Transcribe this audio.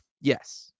Yes